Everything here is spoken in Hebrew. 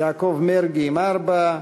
יעקב מרגי עם ארבע,